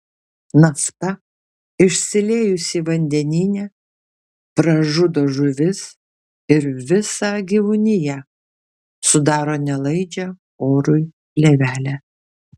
nafta išsiliejusi vandenyne pražudo žuvis ir visą gyvūniją sudaro nelaidžią orui plėvelę